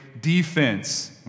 defense